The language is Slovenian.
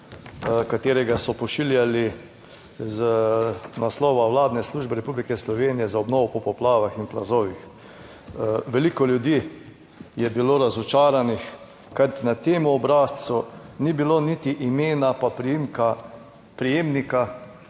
katerega so pošiljali z naslova Vladne službe Republike Slovenije za obnovo po poplavah in plazovih. Veliko ljudi je bilo razočaranih, kajti na tem obrazcu ni bilo niti imena, pa priimka